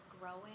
growing